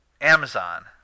Amazon